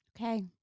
Okay